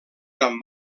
amb